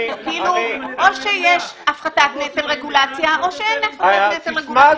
או שיש הפחתת נטל רגולציה או שאין הפחתת נטל רגולציה.